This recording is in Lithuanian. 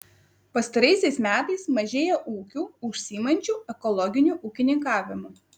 pastaraisiais metais mažėja ūkių užsiimančių ekologiniu ūkininkavimu